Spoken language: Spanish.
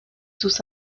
sus